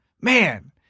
Man